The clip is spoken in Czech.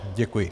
Děkuji.